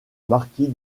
marquis